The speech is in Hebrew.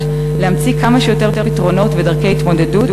להמציא כמה שיותר פתרונות ודרכי התמודדות,